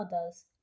others